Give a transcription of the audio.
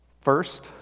first